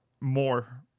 more